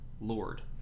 lord